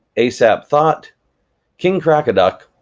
asapthought, king crocoduck,